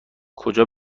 کجا